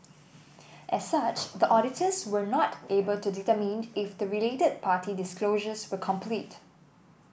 as such the auditors were not able to determined if the related party disclosures were complete